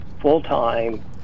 full-time